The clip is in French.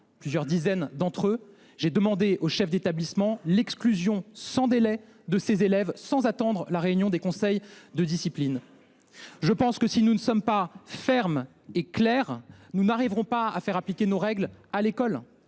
plusieurs dizaines d’entre eux –, j’ai demandé aux chefs d’établissement l’exclusion de ces élèves sans délai, c’est à dire sans attendre la réunion des conseils de discipline. Si nous ne sommes pas fermes et clairs, nous n’arriverons pas à faire appliquer nos règles à l’école.